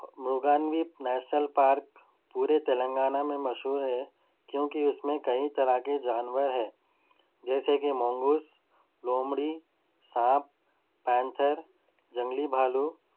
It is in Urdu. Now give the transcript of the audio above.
مرگان بھی نیشنل پارک پورے تلنگانہ میں مشہور ہے کیونکہ اس میں کئی طرح کے جانور ہیں جیسے کہ مونگوس لومڑی سانپ پینتھر جنگلی بھالو